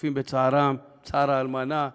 משתתפים בצערם, בצער האלמנה.